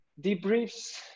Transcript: debriefs